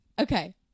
Okay